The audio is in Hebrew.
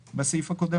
במישרין או בעקיפין,